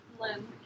Lynn